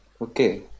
Okay